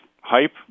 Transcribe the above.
hype